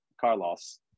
Carlos